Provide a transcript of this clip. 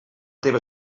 teva